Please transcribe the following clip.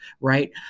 right